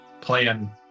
plan